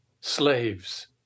Slaves